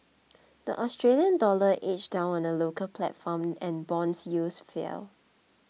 the Australian dollar edged down on the local platform and bond yields fell